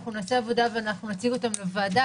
אנחנו נעשה עבודה ואנחנו נציג אותם לוועדה,